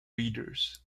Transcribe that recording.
readers